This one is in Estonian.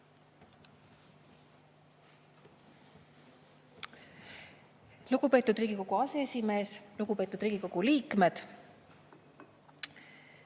Lugupeetud Riigikogu aseesimees! Lugupeetud Riigikogu liikmed!